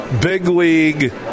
big-league